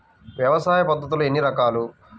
వ్యవసాయ పద్ధతులు ఎన్ని రకాలు?